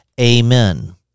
amen